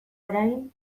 orain